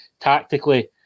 tactically